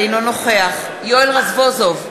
אינו נוכח יואל רזבוזוב,